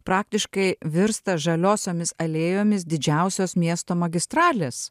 praktiškai virsta žaliosiomis alėjomis didžiausios miesto magistralės